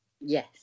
yes